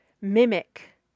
mimic